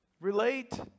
relate